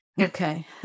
okay